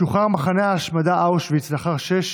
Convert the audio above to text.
שוחרר מחנה ההשמדה אושוויץ לאחר שש